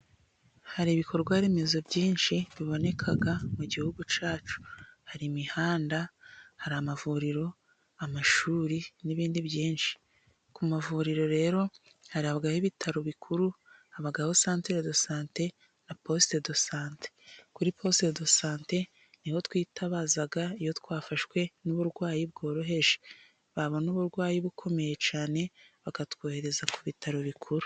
Hari ibikorwa remezo byinshi biboneka mu Gihugu cyacu. Hari imihanda, hari amavuriro, amashuri n'ibindi byinshi. Ku mavuriro rero habaho ibitaro bikuru, habaho sentere do sante, na posite do sante. Kuri posite do sante ni ho twitabaza iyo twafashwe n'uburwayi bworoheje. Babona uburwayi bukomeye cyane bakatwohereza ku bitaro bikuru.